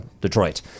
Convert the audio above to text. Detroit